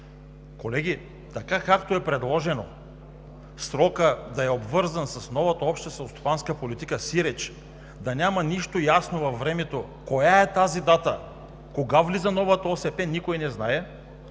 Колеги, така както е предложено срокът да е обвързан с новата Обща селскостопанска политика, сиреч да няма нищо ясно във времето коя е тази дата, кога влиза новата ОСП, никой не знае,